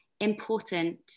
important